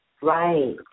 Right